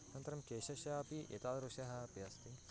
अनन्तरं केशस्यापि एतादृशः अपि अस्ति